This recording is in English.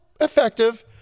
effective